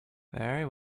very